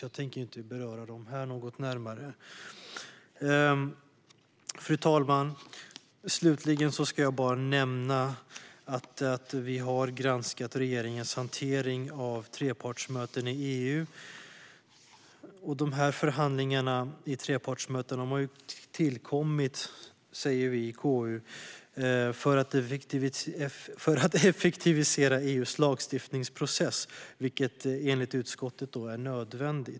Jag tänker därför inte beröra dem närmare. Fru talman! Slutligen vill jag nämna att vi har granskat regeringens hantering av trepartsmöten i EU. Förhandlingarna i trepartsmöten har tillkommit, säger vi i KU, för att effektivisera EU:s lagstiftningsprocess. Det är nödvändigt, enligt utskottet.